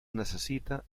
necessita